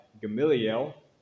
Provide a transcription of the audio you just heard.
Gamaliel